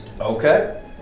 Okay